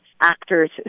actors